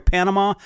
Panama